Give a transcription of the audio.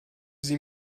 sie